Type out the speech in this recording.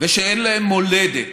שאין להם מולדת,